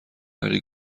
نری